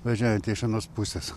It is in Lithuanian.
važiuojantį iš anos pusės